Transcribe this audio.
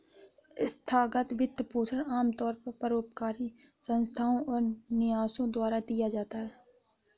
संस्थागत वित्तपोषण आमतौर पर परोपकारी संस्थाओ और न्यासों द्वारा दिया जाता है